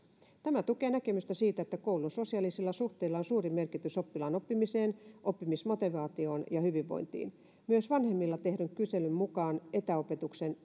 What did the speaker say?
tämä tukee näkemystä siitä että koulun sosiaalisilla suhteilla on suuri merkitys oppilaan oppimiseen oppimismotivaatioon ja hyvinvointiin myös vanhemmille tehdyn kyselyn mukaan etäopetuksen